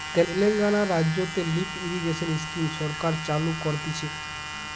তেলেঙ্গানা রাজ্যতে lift irrigation scheme সরকার চালু করতিছে